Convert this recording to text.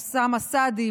אוסאמה סעדי,